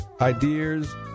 ideas